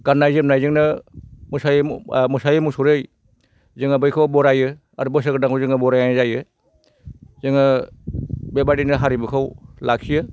गाननाय जोमनायजोंनो मोसायै मोसायै मुसुरै जोङो बयखौबो बरायो बोसोर गोदानखौ जों बरायनाय जायो जोङो बे बायदिनो हारिमुखौ लाखियो